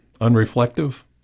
Unreflective